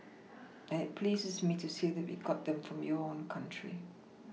and pleases me to say that we got them from your own country